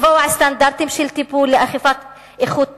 לקבוע סטנדרטים של טיפול לאכיפת איכות הטיפול,